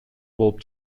болуп